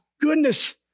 goodness